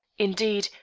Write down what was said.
indeed,